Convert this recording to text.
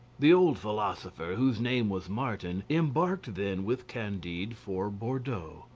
the old philosopher, whose name was martin, embarked then with candide for bordeaux.